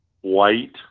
white